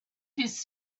his